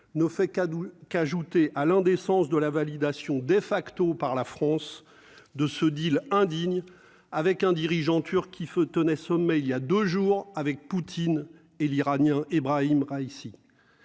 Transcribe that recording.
ne fait qu'ajouter à l'indécence de la validation de facto par la France de ce deal indigne avec un dirigeant turc qui se tenait sommet il y a 2 jours avec Poutine et l'Iranien Ebrahim Raïssi